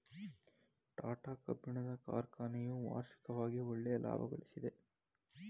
ಟಾಟಾ ಕಬ್ಬಿಣದ ಕಾರ್ಖನೆಯು ವಾರ್ಷಿಕವಾಗಿ ಒಳ್ಳೆಯ ಲಾಭಗಳಿಸ್ತಿದೆ